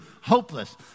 hopeless